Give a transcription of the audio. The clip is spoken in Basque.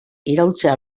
iraulzea